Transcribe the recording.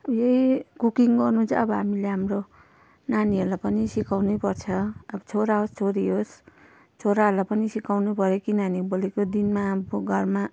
उयै कुकिङ गर्नु चाहिँ अब हामीले हाम्रो नानीहरूलाई पनि सिकाउनै पर्छ अब छोरा होस् छोरी होस् छोराहरूलाई पनि सिकाउनै पऱ्यो किनभने भोलिको दिनमा अब घरमा